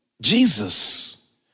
Jesus